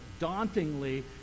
dauntingly